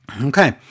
Okay